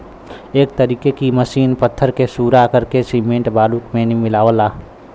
एक तरीके की मसीन पत्थर के सूरा करके सिमेंट बालू मे मिलावला